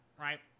right